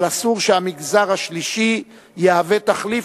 אבל אסור שהמגזר השלישי יהווה תחליף